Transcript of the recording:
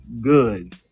good